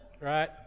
Right